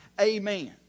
amen